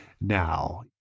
now